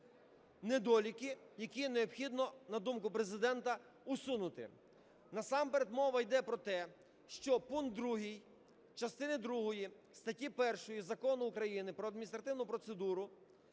недоліки, які необхідно, на думку Президента, усунути. Насамперед мова йде про те, що пункт 2 частини другої статті 1 Закону України "Про адміністративну процедуру"